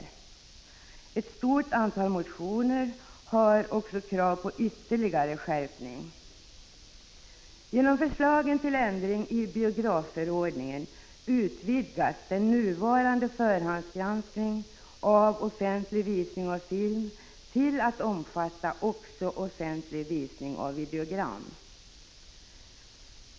I ett stort antal motioner framförs krav på ytterligare skärpning.